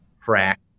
crack